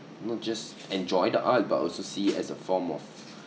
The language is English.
not just enjoy the art but also see it as a form of